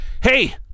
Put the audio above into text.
Hey